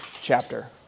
chapter